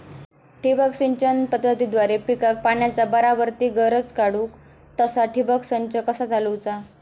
ठिबक सिंचन पद्धतीद्वारे पिकाक पाण्याचा बराबर ती गरज काडूक तसा ठिबक संच कसा चालवुचा?